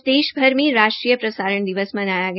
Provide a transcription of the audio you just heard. आज देशभर में राष्ट्रीय प्रसारण दिवस मनाया गया